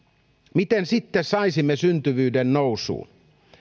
miten sitten saisimme syntyvyyden nousuun